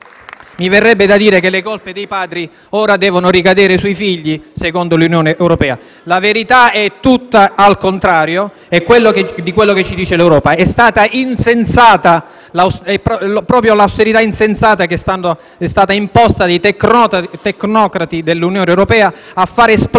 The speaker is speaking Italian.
mi verrebbe da dire che le colpe dei padri ora devono ricadere sui figli, secondo l'Unione europea. La verità è tutta al contrario rispetto a quanto ci dice l'Europa: è stata proprio l'austerità insensata che è stata imposta dai tecnocrati dell'Unione europea a far esplodere